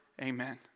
Amen